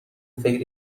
فکر